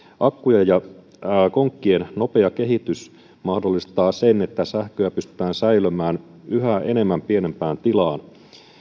akkujen ja konkkien nopea kehitys mahdollistaa sen että sähköä pystytään säilömään yhä enemmän pienempään tilaan